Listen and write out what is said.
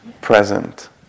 present